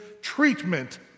treatment